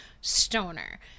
stoner